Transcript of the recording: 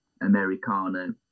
Americana